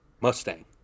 Mustang